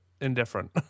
indifferent